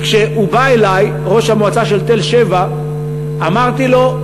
כי כשהוא בא אלי אמרתי לו: